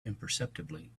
imperceptibly